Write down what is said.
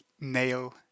nail